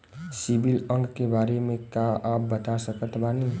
CIBIL अंक के बारे मे का आप बता सकत बानी?